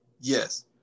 Yes